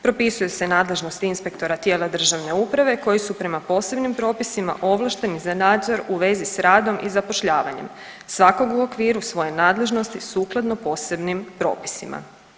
Propisuje se nadležnost inspektora tijela državne uprave koji su prema posebnim propisima ovlašteni za nadzor u vezi s radom i zapošljavanjem svakog u okviru svoje nadležnosti sukladno posebnim propisima.